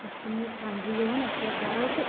اسہِ چھُنہٕ یہِ سَمجھی یِوان أسۍ کیٛاہ کَرو تہٕ